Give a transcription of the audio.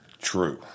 True